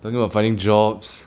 talking about finding jobs